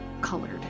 colored